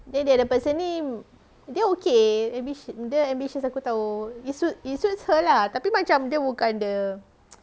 then the other person ni dia okay ambi~ dia ambitious aku tahu it suits it suits her lah tu macam dia bukan ada